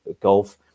golf